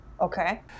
Okay